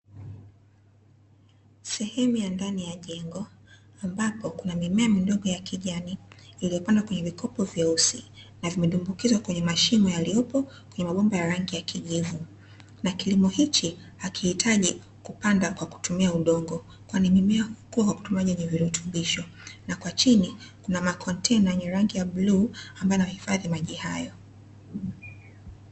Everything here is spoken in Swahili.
Sehemu ya ndani ya jengo, ambapo kuna mimea midogo ya kijani, iliyopandwa kwenye vikopo vyeusi, na vimedumbukizwa kwenye mashine yaliyopo, kwenye mabomba ya rangi ya kijivu. Na kilimo hichi, hakihitaji kupanda kwa kutumia udongo, kwani mimea ukua kwa kutumia maji yenye virutubisho. Na kwa chini kuna makontena yenye rangi ya bluu, ambayo yanahifadhi maji hayo.